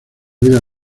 vida